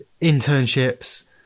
internships